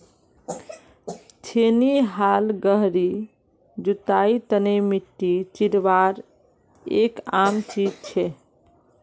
छेनी हाल गहरी जुताईर तने मिट्टी चीरवार एक आम चीज छे